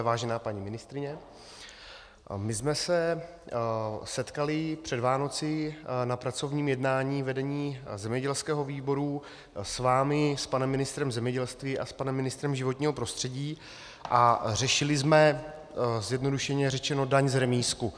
Vážená paní ministryně, my jsme se setkali před Vánoci na pracovním jednání vedení zemědělského výboru s vámi, s panem ministrem zemědělství a panem ministrem životního prostředí a řešili jsme, zjednodušeně řečeno, daň z remízků.